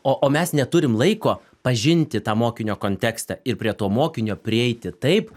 o o mes neturim laiko pažinti tą mokinio kontekstą ir prie to mokinio prieiti taip